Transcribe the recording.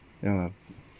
ya lah